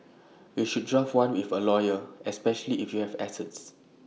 you should draft one with A lawyer especially if you have assets